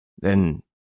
Then